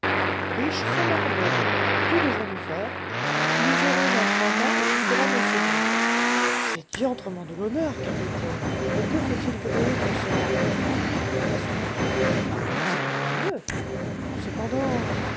riches ça m'accommode que devons-nous faire nous aurons un trois-mâts et tu seras mon second c'est diantrement de l'honneur capitaine mais que faut-il gréer pour cela presque rien c'est encore mieux cependant